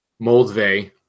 Moldve